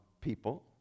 people